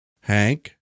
Hank